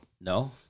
no